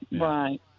right